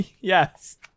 Yes